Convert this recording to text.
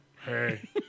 Hey